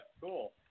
Cool